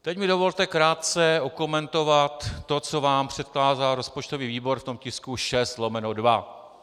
Teď mi dovolte krátce okomentovat to, co vám předkládá rozpočtový výbor v tom tisku 6/2.